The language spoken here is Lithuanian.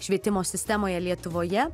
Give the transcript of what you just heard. švietimo sistemoje lietuvoje